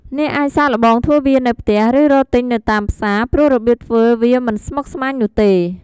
អ្នកអាចសាកល្បងធ្វើវានៅផ្ទះ ឬរកទិញនៅតាមផ្សារ ព្រោះរបៀបធ្វើវាមិនស្មុគស្មាញនោះទេ។